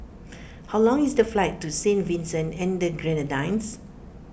how long is the flight to Saint Vincent and the Grenadines